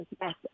yes